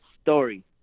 story